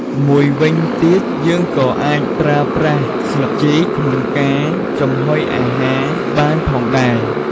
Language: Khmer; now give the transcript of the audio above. មួយវិញទៀត យើងក៏អាចប្រើប្រាស់ស្លឹកចេកក្នុងការចំហុយអាហារបានផងដែរ។